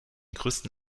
größten